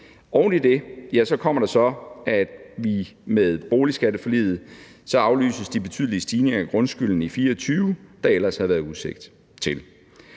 Oven i det kommer så, at med boligskatteforliget aflyses de betydelige stigninger i grundskylden i 2024, der ellers havde været udsigt til.